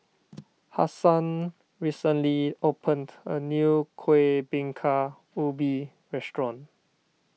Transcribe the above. Hassan recently opened a new Kueh Bingka Ubi restaurant